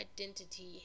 identity